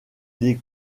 des